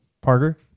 Parker